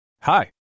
Hi